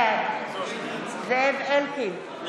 בעד זאב אלקין,